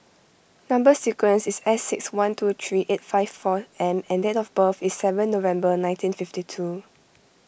Number Sequence is S six one two three eight five four M and date of birth is seven November nineteen fifty two